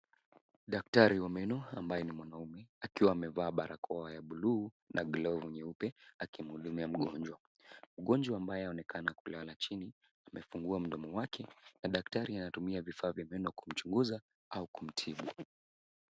Daktari wa meno ambaye ni mwanamume akiwa amevaa barakoa ya bluu na glovu nyeupe akimhudumia mgonjwa. Mgonjwa ambaye aonekana kulala chini amefungua mdomo wake na daktari anatumia vifaa vya meno kumchunguza au kumtibu.